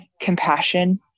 compassion